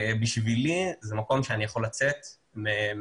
בשבילי זה מקום שאני יכול לצאת מהעיר,